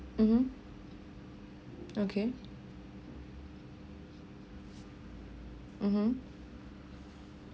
mmhmm okay mmhmm